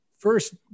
first